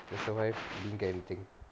you survive didn't get anything